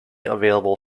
available